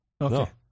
Okay